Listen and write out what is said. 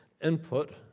input